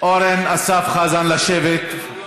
אורן אסף חזן לשבת.